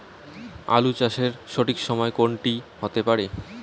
আলু চাষের সঠিক সময় কোন টি হতে পারে?